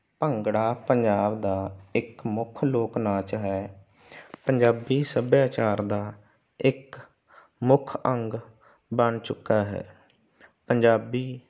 ਭੰਗੜਾ ਪੰਜਾਬ ਦਾ ਇੱਕ ਮੁੱਖ ਲੋਕ ਨਾਚ ਹੈ ਪੰਜਾਬੀ ਸੱਭਿਆਚਾਰ ਦਾ ਇੱਕ ਮੁੱਖ ਅੰਗ ਬਣ ਚੁੱਕਾ ਹੈ ਪੰਜਾਬੀ